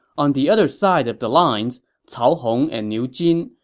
on the other side of the lines, cao hong and niu jin,